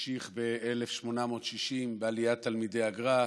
המשיכה ב-1860, בעליית תלמידי הגר"א,